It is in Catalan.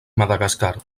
madagascar